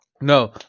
No